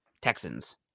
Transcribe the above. Texans